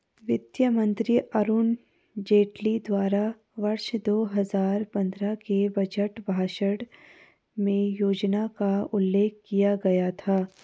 वित्त मंत्री अरुण जेटली द्वारा वर्ष दो हजार पन्द्रह के बजट भाषण में योजना का उल्लेख किया गया था